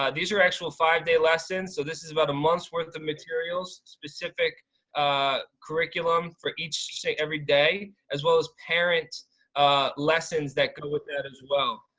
these are actual five day lessons. so this is about a month's worth of materials. specific ah curriculum for each, say every day, as well as parent ah lessons that go with that as well.